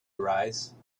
arise